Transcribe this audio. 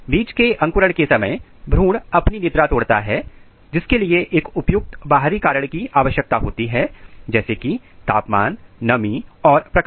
बीज के अंकुरण के समय भ्रूण अपनी निद्रा तोड़ता है जिसके लिए एक उपयुक्त बाहरी कारण की आवश्यकता होती है जैसे कि तापमान नमी और प्रकाश